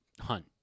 Hunt